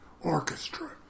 orchestra